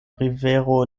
rivero